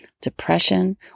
depression